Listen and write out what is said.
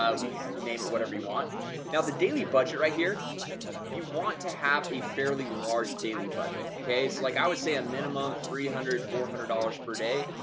ah we could name it whatever you want now the daily budget right here you want to have a fairly large daily budget? okay so like i would say a minimum three hundred four hundred per day.